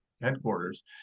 headquarters